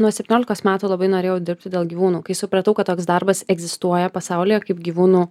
nuo septyniolikos metų labai norėjau dirbti dėl gyvūnų kai supratau kad toks darbas egzistuoja pasaulyje kaip gyvūnų